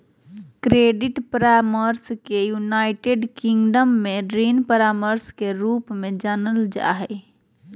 credit परामर्श के United Kingdom में ऋण परामर्श के रूप में जानल जा हइ